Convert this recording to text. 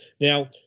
Now